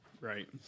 Right